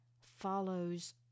follows